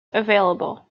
available